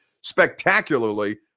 spectacularly